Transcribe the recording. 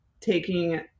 taking